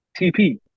TP